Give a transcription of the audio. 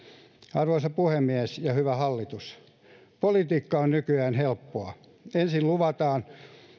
arvoisa puhemies ja hyvä hallitus politiikka on nykyään helppoa ensin luvataan